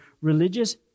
religious